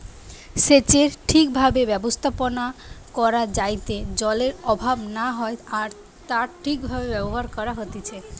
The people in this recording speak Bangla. সেচের ঠিক ভাবে ব্যবস্থাপনা করা যাইতে জলের অভাব না হয় আর তা ঠিক ভাবে ব্যবহার করা হতিছে